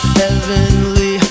heavenly